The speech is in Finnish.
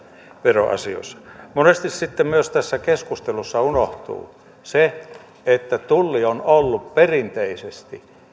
veroasioissa monesti sitten tässä keskustelussa unohtuu myös se että tulli on ollut perinteisesti